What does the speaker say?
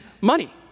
money